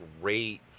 great